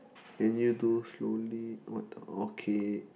can you do slowly what okay